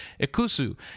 Ikusu